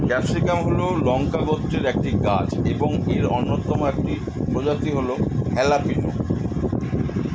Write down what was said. capsicum হল লঙ্কা গোত্রের একটি গাছ এবং এর অন্যতম একটি প্রজাতি হল হ্যালাপিনো